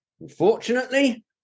Unfortunately